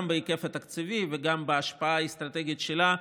גם בהיקף התקציבי וגם בהשפעה האסטרטגית שלה,